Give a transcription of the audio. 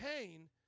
pain